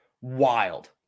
Wild